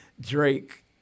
Drake